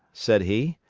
said he,